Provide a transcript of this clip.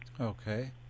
Okay